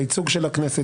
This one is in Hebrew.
הייצוג של הכנסת,